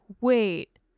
wait